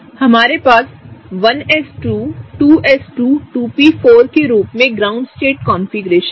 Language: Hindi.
हमारे पास 1s2 2s2 2p4 केरूप में ग्राउंड स्टेट कॉन्फ़िगरेशन है